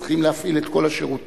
צריכים להפעיל את כל השירותים,